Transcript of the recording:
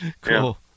Cool